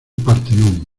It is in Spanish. partenón